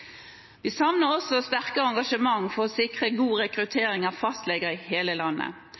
Vi savner også sterkere engasjement for å sikre god rekruttering av fastleger i hele landet.